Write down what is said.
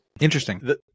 interesting